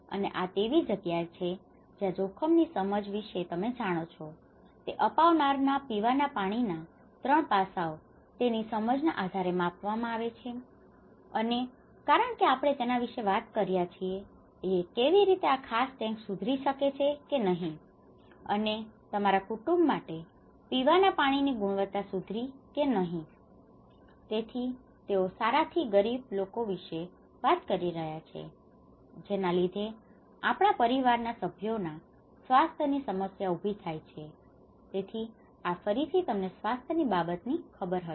અને આ તેવી જગ્યા એ છે જ્યાં જોખમ ની સમજ વિશે તમે જાણો છો કે તે અપનાવનારાના પીવાના પાણી ના 3 પાસાઓ તેની સમજ ના આધારે માપવામાં આવે છે અને કારણ કે આપણે તેના વિશે વાત કરી રહ્યા છીએ કે કેવી રીતે આ ખાસ ટેન્ક સુધરી છે કે નહિ અને તમારા કુટુંબ માટે પીવાના પાણી ની ગુણવત્તા સુધરી છે કે નહિ તેથી તેઓ સારા થી ગરીબ લોકો વિશે વાત કરી રહ્યા છે જેના લીધે આપણા પરિવાર ના સભ્યોના સ્વાસ્થ્ય ની સમસ્યાઓ ઉભી થાય છે તેથી આ ફરીથી તમને સ્વાસ્થ્ય ની બાબત ની ખબર હશે